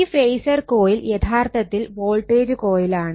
ഈ phasor coil യഥാർത്ഥത്തിൽ voltage കൊയിലാണ്